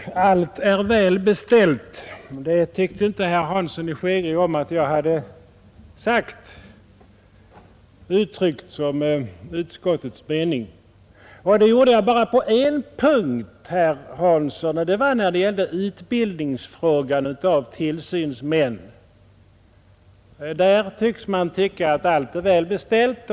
Fru talman! Allt är väl beställt — det tyckte herr Hansson i Skegrie inte om att jag sagt att utskottet uttryckt som sin mening. Men jag sade så bara på en punkt, herr Hansson, nämligen i fråga om utbildningen av tillsynsmän. Där tycks man anse att allt är väl beställt.